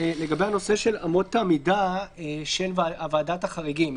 לגבי הנושא של אמות המידה של ועדת החריגים.